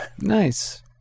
nice